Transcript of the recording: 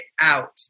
out